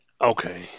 okay